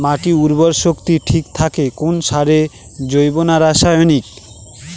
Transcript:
মাটির উর্বর শক্তি ঠিক থাকে কোন সারে জৈব না রাসায়নিক?